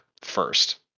first